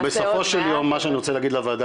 בסופו של יום מה שאני רוצה להגיד לוועדה,